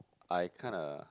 I kinda